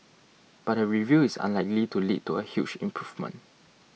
but the review is unlikely to lead to a huge improvement